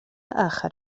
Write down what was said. آخر